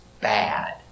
bad